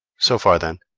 so far, then,